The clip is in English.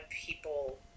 people